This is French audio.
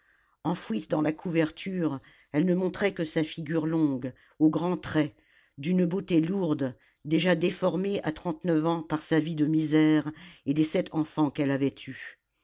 enfouie dans la couverture elle ne montrait que sa figure longue aux grands traits d'une beauté lourde déjà déformée à trente-neuf ans par sa vie de misère et les sept enfants qu'elle avait eus